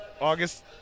August